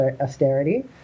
austerity